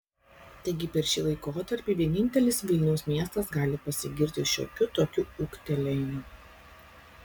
taigi per šį laikotarpį vienintelis vilniaus miestas gali pasigirti šiokiu tokiu ūgtelėjimu